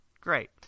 Great